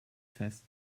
fest